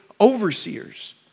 overseers